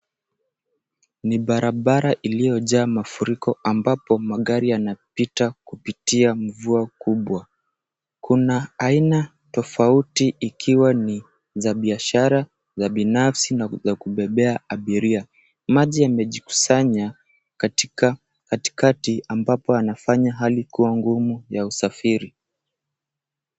Ni barabara iliyojaa mafuriko, ambapo magari yanapita kupitia mvua kubwa. Kuna aina tofauti ikiwa ni za biashara za binafsi na za kubebea abiria. Maji yamejikusanya katika katikati, ambapo yanafanya hali kuwa ngumu ya usafiri.